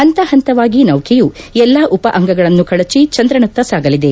ಹಂತ ಹಂತವಾಗಿ ನೌಕೆಯ ಎಲ್ಲಾ ಉಪ ಅಂಗಗಳನ್ನು ಕಳಚಿ ಚಂದ್ರನತ್ತ ಸಾಗಲಿದೆ